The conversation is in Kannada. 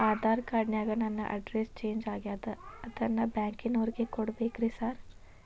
ಆಧಾರ್ ಕಾರ್ಡ್ ನ್ಯಾಗ ನನ್ ಅಡ್ರೆಸ್ ಚೇಂಜ್ ಆಗ್ಯಾದ ಅದನ್ನ ಬ್ಯಾಂಕಿನೊರಿಗೆ ಕೊಡ್ಬೇಕೇನ್ರಿ ಸಾರ್?